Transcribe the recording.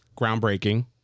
groundbreaking